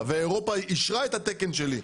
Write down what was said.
לאירופה ואירופה אישרה את התקן שלי,